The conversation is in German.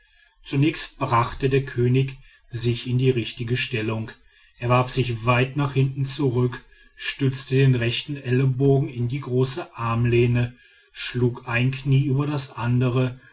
zunächst brachte der könig sich in die richtige stellung er warf sich weit nach hinten zurück stützte den rechten ellbogen in die große armlehne schlug ein knie über das andere